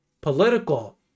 Political